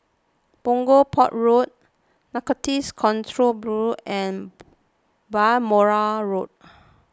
Punggol Port Road Narcotics Control Bureau and Balmoral Road